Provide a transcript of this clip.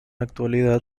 actualidad